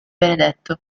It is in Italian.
benedetto